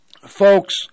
folks